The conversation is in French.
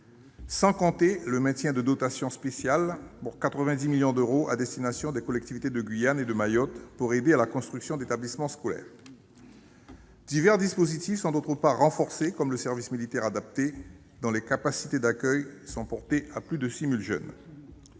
sans compter le maintien de dotations spéciales, pour un montant de 90 millions d'euros, à destination des collectivités de Guyane et de Mayotte afin d'aider à la construction d'établissements scolaires. Divers dispositifs sont par ailleurs renforcés au travers de ce PLF, comme le service militaire adapté, dont les capacités d'accueil sont portées à plus de 6 000 jeunes.